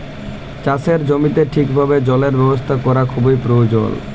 চাষের জমিতে ঠিকভাবে জলের ব্যবস্থা ক্যরা খুবই পরয়োজল